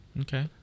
Okay